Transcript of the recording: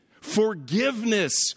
forgiveness